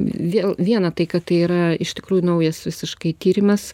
vėl viena tai kad tai yra iš tikrųjų naujas visiškai tyrimas